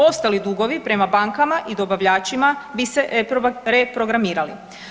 Ostali dugovi prema bankama i dobavljačima bi se reprogramirali.